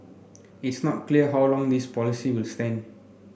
it's not clear how long this policy will stand